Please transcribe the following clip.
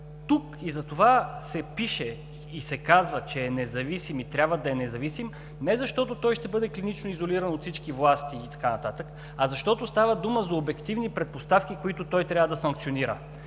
закони. Затова се пише и се казва, че е независим и трябва да е независим не защото той ще бъде клинично изолиран от всички власти и така нататък, а защото става дума за обективни предпоставки, които той трябва да санкционира